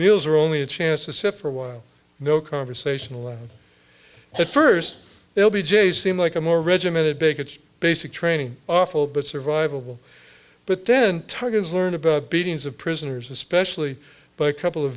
meals are only a chance to sit for a while no conversational on the first l b j seem like a more regimented big it's basic training awful but survivable but then tigers learn about beatings of prisoners especially by couple of